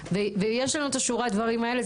ויש לנו את שורת הדברים האלה.